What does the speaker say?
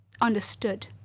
understood